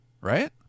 Right